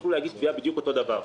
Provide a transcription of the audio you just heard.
הם יכלו להגיש תביעה בדיוק אותו דבר.